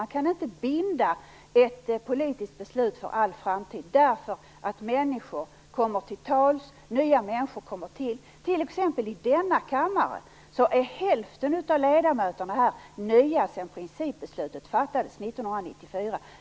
Man kan inte binda ett politiskt beslut för all framtid. Nya människor kommer till tals. Det gäller t.ex. i denna kammare. Hälften av ledamöterna är nya sedan principbeslutet fattades år 1994.